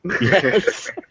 Yes